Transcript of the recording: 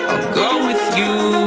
go with you.